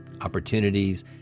opportunities